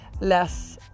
less